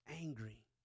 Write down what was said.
angry